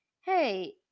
Hey